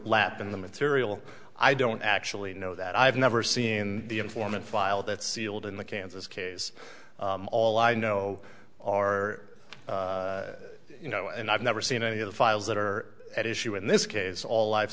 lap in the material i don't actually know that i've never seen the informant file that sealed in the kansas case all i know or you know and i've never seen any of the files that are at issue in this case all i've